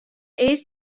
earst